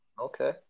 Okay